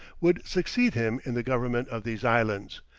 would succeed him in the government of these islands,